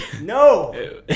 No